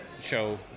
show